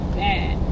bad